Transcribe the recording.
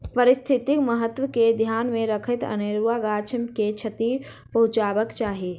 पारिस्थितिक महत्व के ध्यान मे रखैत अनेरुआ गाछ के क्षति पहुँचयबाक चाही